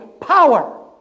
power